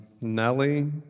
Nelly